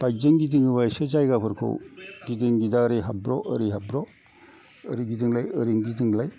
बाइकजों गिदिङोबा इसे जायगाफोरखौ गिदिं गिदा ओरै हाब्र' ओरै हाब्र' ओरै गिदिंलाय ओरै गिदिंलाय